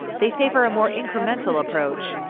they favor a more incremental approach.